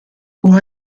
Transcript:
può